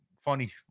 funny